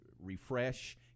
refresh